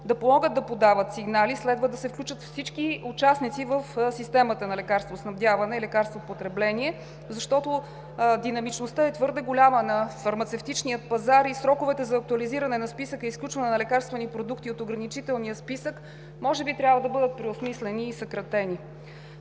да могат да подават сигнали. Следва да се включат всички участници в системата на лекарствоснабдяването и лекарствопотреблението, защото динамичността на фармацевтичния пазар е твърде голяма и сроковете за актуализиране на списъка и изключване на лекарствени продукти от ограничителния списък може би трябва да бъдат преосмислени и съкратени.